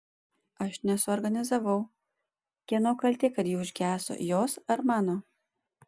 aš nesuorganizavau kieno kaltė kad ji užgeso jos ar mano